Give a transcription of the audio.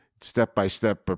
step-by-step